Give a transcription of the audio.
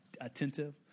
attentive